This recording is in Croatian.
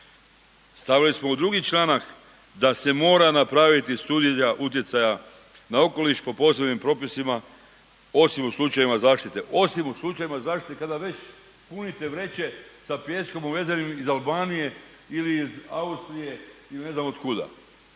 stavili smo u 2. članak da se mora napraviti studija utjecaja na okoliš po posebnim propisima osim u slučajevima zaštite, osim slučajevima zaštite kada već punite vreće sa pijeskom uvezenim iz Albanije ili iz Austrije i ne znam od kuda